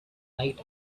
night